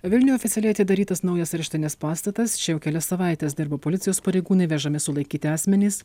vilniuje oficialiai atidarytas naujas areštinės pastatas čia jau kelias savaites dirba policijos pareigūnai vežami sulaikyti asmenys